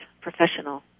professional